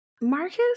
Marcus